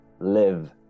live